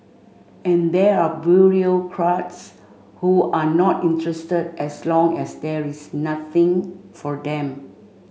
and there are bureaucrats who are not interested as long as there is nothing for them